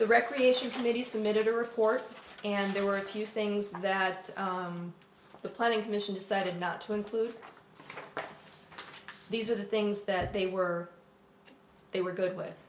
the recreation committee submitted a report and there were a few things that the planning commission decided not to include these are the things that they were they were good with